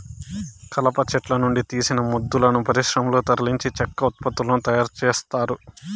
కలప చెట్ల నుండి తీసిన మొద్దులను పరిశ్రమలకు తరలించి చెక్క ఉత్పత్తులను తయారు చేత్తారు